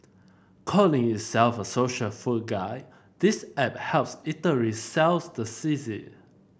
calling itself a social food guide this app helps eateries sells the sizzle